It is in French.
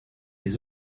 des